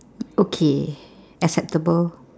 okay acceptable